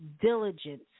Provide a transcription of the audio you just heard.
diligence